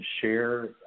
share